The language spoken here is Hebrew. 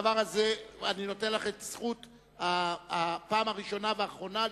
אני נותן לך את זכות הפעם הראשונה והאחרונה לטעות,